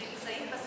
הם נמצאים,